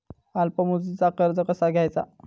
अल्प मुदतीचा कर्ज कसा घ्यायचा?